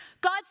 God